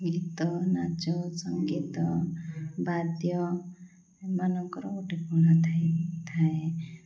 ଗୀତ ନାଚ ସଙ୍ଗୀତ ବାଦ୍ୟ ଏମାନଙ୍କର ଗୋଟେ କଳା ଥାଏ